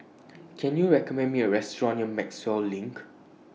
Can YOU recommend Me A Restaurant near Maxwell LINK